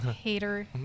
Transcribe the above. Hater